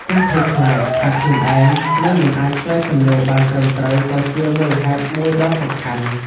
ការភ័យខ្លាចថាខ្លួនឯងនឹងមិនអាចឆ្លើយសំណួរបានត្រឹមត្រូវក៏ជាមូលហេតុមួយដ៏សំខាន់។